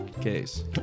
case